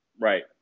right